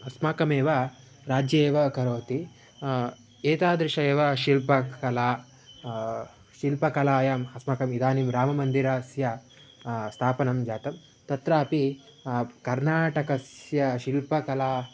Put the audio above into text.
अस्माकमेव राज्ये एव करोति एतादृशी एव शिल्पकला शिल्पकलायाम् अस्माकमिदानीं राममन्दिरस्य स्थापना जाता तत्रापि कर्नाटकस्य शिल्पकला